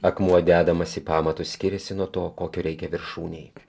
akmuo dedamas į pamatus skiriasi nuo to kokio reikia viršūnei